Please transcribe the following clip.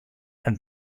and